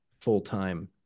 full-time